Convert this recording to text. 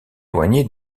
éloigné